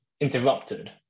interrupted